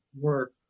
work